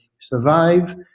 survive